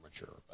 mature